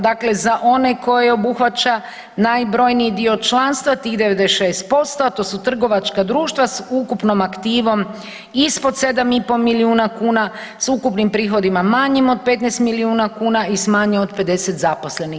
Dakle, za one koje obuhvaća najbrojniji dio članstva tih 96%, a to su trgovačka društva s ukupnom aktivom ispod 7,5 miliona kuna, s ukupnim prihodima manjim od 15 milijuna kuna i s manje od 50 zaposlenih.